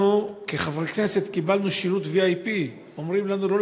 אנחנו כחברי הכנסת קיבלנו שירות VIP. אומרים לנו לא